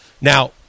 Now